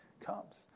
comes